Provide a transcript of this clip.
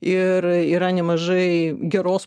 ir yra nemažai geros